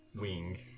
wing